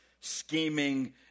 scheming